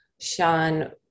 sean